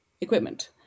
equipment